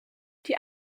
die